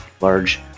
large